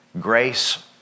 Grace